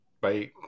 Bye